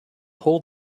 whole